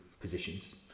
positions